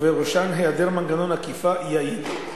ובראשן היעדר מנגנון אכיפה יעיל.